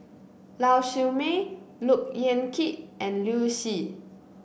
Lau Siew Mei Look Yan Kit and Liu Si